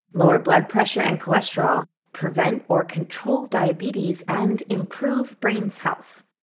lower blood pressure and cholesterol, prevent or control diabetes, and improve brain's health.